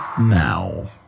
now